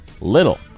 Little